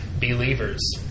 believers